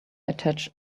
attach